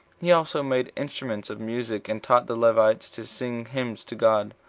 he also made instruments of music, and taught the levites to sing hymns to god,